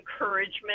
encouragement